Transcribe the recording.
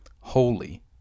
holy